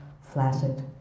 flaccid